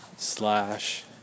Slash